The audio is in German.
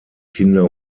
kinder